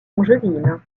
angevine